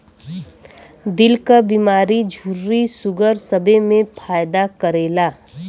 दिल क बीमारी झुर्री सूगर सबे मे फायदा करेला